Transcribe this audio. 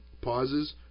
pauses